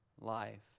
life